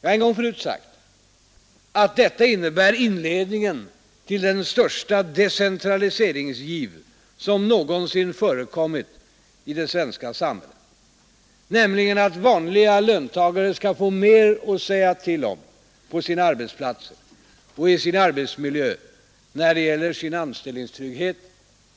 Jag har en gång förut sagt att detta innebär inledningen till den största decentraliseringsgiv som någonsin förekommit i det svenska samhället, nämligen att vanliga löntagare skall få mer att säga till om på sina arbetsplatser och i sin arbetsmiljö när det gäller deras anställningstrygghet